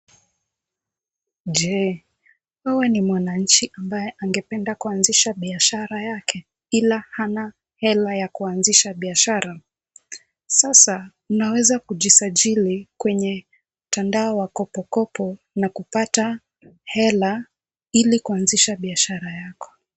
Je, wewe ni mwananchi ambaye angependa kuanzisha biashara yake ila hana hela ya kuanzisha biashara? Sasa, unaweza kujisajili kwenye mtandao wa Kopo Kopo na kupata hela ili kuanzisha biashara yako.